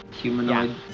humanoid